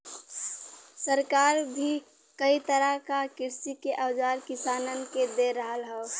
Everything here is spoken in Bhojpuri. सरकार भी कई तरह क कृषि के औजार किसानन के दे रहल हौ